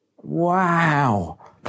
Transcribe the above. Wow